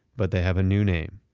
but they have a new name,